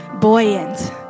buoyant